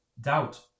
doubt